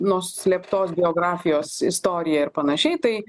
nuslėptos biografijos istoriją ir panašiai tai